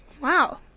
Wow